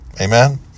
Amen